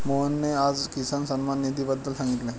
मोहनने आज किसान सन्मान निधीबद्दल सांगितले